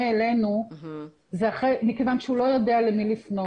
אלינו זה כיוון שהוא לא יודע למי לפנות.